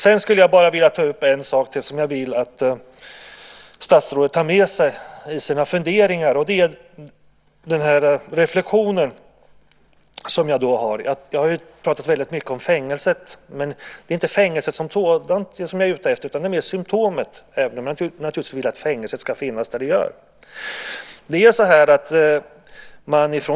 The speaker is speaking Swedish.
Jag skulle vilja ta upp en reflexion som jag vill att statsrådet tar med sig i sina funderingar. Jag har pratat mycket om fängelset. Det är inte fängelset som sådant jag är ute efter utan det är mer symtomet - även om jag naturligtvis vill att fängelset ska finnas där det är.